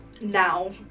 now